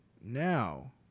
now